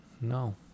No